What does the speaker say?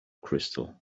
crystal